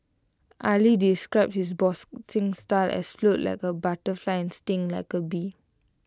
Ali described his boxing style as float like A butterfly sting like A bee